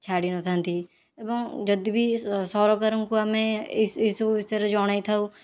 ଛାଡ଼ିନଥାନ୍ତି ଏବଂ ଯଦି ବି ସରକାରଙ୍କୁ ଆମେ ଏହିସବୁ ବିଷୟରେ ଜଣେଇଥାଉ